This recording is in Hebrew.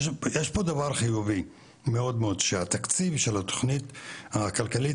יש פה דבר חיובי מאוד מאוד שהתקציב של התוכנית הכלכלית